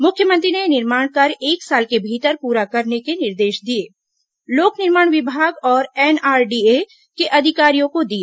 मुख्यमंत्री ने निर्माण कार्य एक साल के भीतर पूर कराने के निर्देश लोक निर्माण विभाग और एनआरडीए के अधिकारियों को दिए